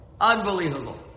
unbelievable